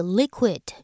liquid